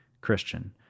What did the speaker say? Christian